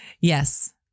Yes